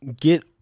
get